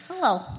Hello